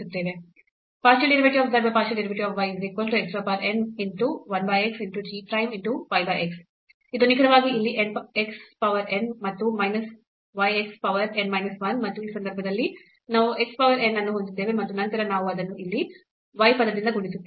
ಇದು ನಿಖರವಾಗಿ ಇಲ್ಲಿ n x power n ಮತ್ತು minus y x power n minus 1 ಮತ್ತು ಈ ಸಂದರ್ಭದಲ್ಲಿ ನಾವು x power n ಅನ್ನು ಹೊಂದಿದ್ದೇವೆ ಮತ್ತು ನಂತರ ನಾವು ಅದನ್ನು ಇಲ್ಲಿ y ಪದದಿಂದ ಗುಣಿಸುತ್ತೇವೆ